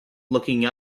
looking